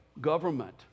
government